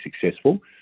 successful